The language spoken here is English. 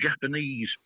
Japanese